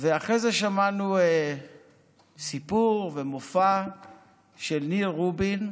אחרי זה שמענו סיפור ומופע של ניר רובין,